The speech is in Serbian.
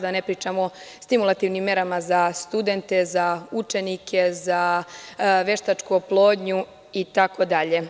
Da ne pričamo o stimulativnim merama za studente, za učenike, za veštačku oplodnju itd.